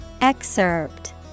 Excerpt